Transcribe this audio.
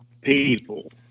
people